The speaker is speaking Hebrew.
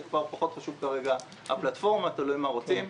הפלטפורמה כבר פחות חשובה כרגע, תלוי מה רוצים.